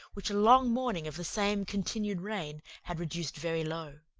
which a long morning of the same continued rain had reduced very low.